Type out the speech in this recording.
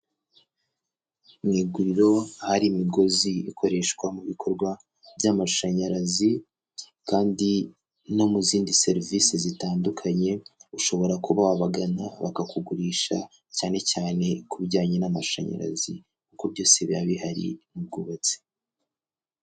Mu iguriro hari imigozi ikoreshwa mu bikorwa by'amashanyarazi, kandi no mu zindi serivisi zitandukanye, ushobora kuba wabagana bakakugurisha cyane cyane ku bijyanye n'amashanyarazi, kuko byose biba bihari mu bwubatsi.